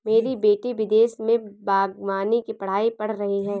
मेरी बेटी विदेश में बागवानी की पढ़ाई पढ़ रही है